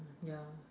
ya